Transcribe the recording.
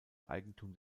eigentum